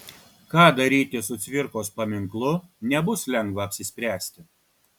ką daryti su cvirkos paminklu nebus lengva apsispręsti